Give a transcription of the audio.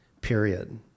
period